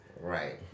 Right